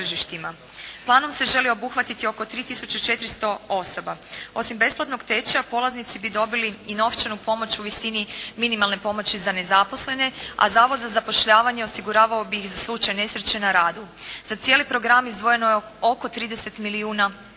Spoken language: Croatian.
Planom se želi obuhvatiti oko 3 tisuće 400 osoba. Osim besplatnog tečaja polaznici bi dobili i novčanu pomoć u visini minimalne pomoći za nezaposlene, a zavod za zapošljavanje osiguravao bi ih za slučaj nesreće na radu. Za cijeli program izdvojeno je oko 30 milijuna kuna.